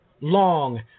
long